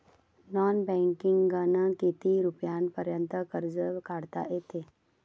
Non बँकिंगनं किती रुपयापर्यंत कर्ज काढता येते?